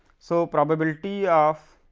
so, probability of